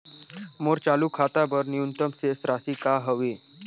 मोर चालू खाता बर न्यूनतम शेष राशि का हवे?